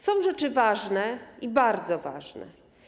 Są rzeczy ważne i bardzo ważne.